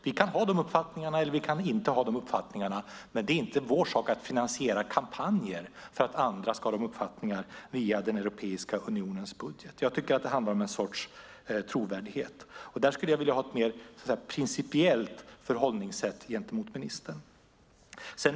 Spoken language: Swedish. Vi kan ha dessa uppfattningar eller inte, men det är inte vår sak att finansiera kampanjer via Europeiska unionens budget för att andra ska ha dessa uppfattningar. Det handlar om trovärdighet. Jag skulle vilja ha ett mer principiellt förhållningssätt från ministern i denna fråga.